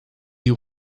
you